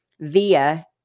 via